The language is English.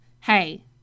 hey